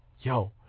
Yo